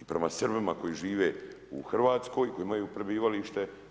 i prema Srbima koji žive u Hrvatskoj, koji imaju prebivalište.